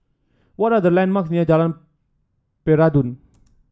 what are the landmarks near Jalan Peradun